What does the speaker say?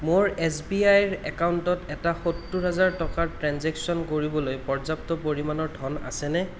মোৰ S B I ৰ একাউণ্টত এটা সত্তৰ হেজাৰ টকাৰ ট্ৰেঞ্জেকশ্য়ন কৰিবলৈ পৰ্যাপ্ত পৰিমাণৰ ধন আছেনে